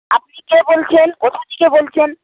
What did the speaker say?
আপনি কে বলছেন কোথা থেকে বলছেন